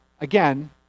again